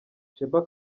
sheebah